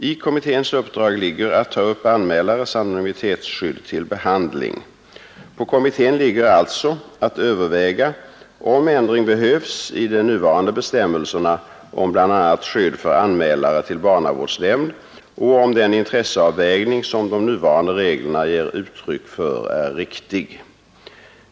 I kommitténs uppdrag ligger att ta upp anmälares anonymitetsskydd till behandling. På kommittén ligger alltså att överväga om ändring behövs i de nuvarande bestämmelserna om bl.a. skydd för anmälare till barnavårdsnämnd och om den intresseavvägning som de nuvarande reglerna ger uttryck för är riktig.